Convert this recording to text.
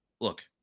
look